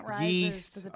yeast